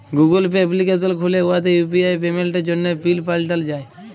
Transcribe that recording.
Google Pay application খ্যুলে উয়াতে UPI পেমেল্টের জ্যনহে পিল পাল্টাল যায়